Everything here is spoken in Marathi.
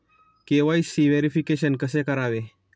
के.वाय.सी व्हेरिफिकेशन कसे करावे?